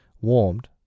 warmed